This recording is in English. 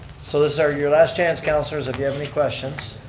so these are your last chance, councilors, if you have any questions.